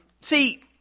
See